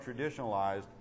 traditionalized